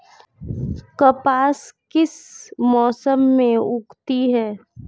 कपास किस मौसम में उगती है?